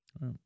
right